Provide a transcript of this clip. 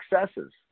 successes